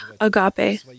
agape